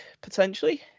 potentially